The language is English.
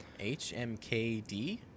HMKD